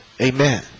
Amen